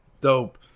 Dope